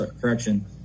correction